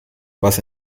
was